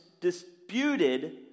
disputed